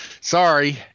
Sorry